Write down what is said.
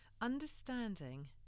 Understanding